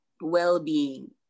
well-being